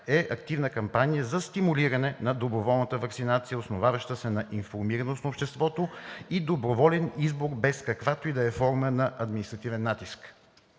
е активна кампания за стимулиране на доброволната ваксинация, основаваща се на информираност на обществото и доброволен избор, без каквато и да е форма на административен натиск.